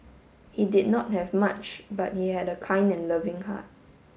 he did not have much but he had a kind and loving heart